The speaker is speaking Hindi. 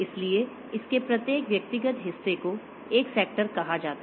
इसलिए इसके प्रत्येक व्यक्तिगत हिस्से को एक सेक्टर कहा जाता है